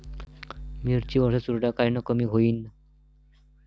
मिरची वरचा चुरडा कायनं कमी होईन?